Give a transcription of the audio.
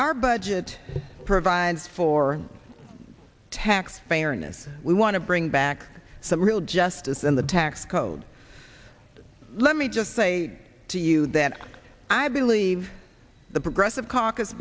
our budget it provides for tax fairness we want to bring back some real justice in the tax code let me just say to you that i believe the progressive